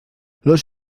los